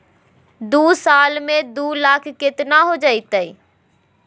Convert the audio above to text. दू साल में दू लाख केतना हो जयते?